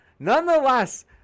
Nonetheless